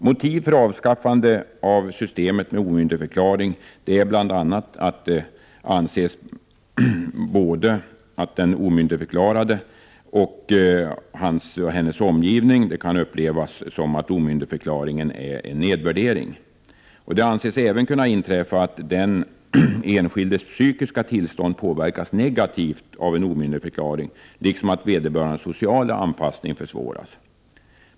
Motivet för avskaffande av systemet med omyndigförklaring är bl.a. att det anses att både den omyndigförklarade och dennes omgivning kan uppleva omyndigförklaringen som en nedvärdering. Det anses även kunna inträffa att den enskildes psykiska tillstånd påverkas negativt av en omyndigförklaring, liksom att vederbörandes sociala anpassning försvåras.